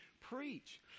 preach